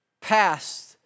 past